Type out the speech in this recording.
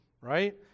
Right